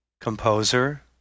composer